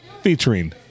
featuring